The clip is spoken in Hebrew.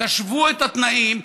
תשוו את התנאים,